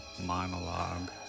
monologue